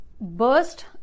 burst